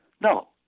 No